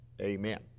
Amen